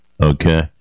okay